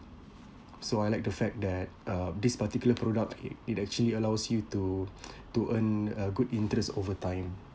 so I like the fact that uh this particular product it it actually allows you to to earn a good interest over time